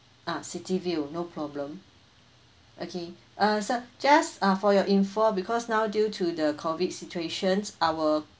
ah city view no problem okay uh sir just uh for your info because now due to the COVID situation our